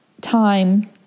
time